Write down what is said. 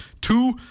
two